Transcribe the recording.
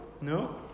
No